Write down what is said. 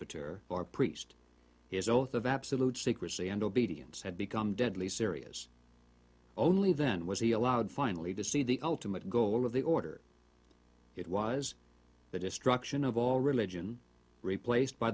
presbyter or priest his oath of absolute secrecy and obedience had become deadly serious only then was he allowed finally to see the ultimate goal of the order it was the destruction of all religion replaced by